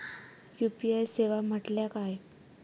UPI सेवा म्हटल्या काय?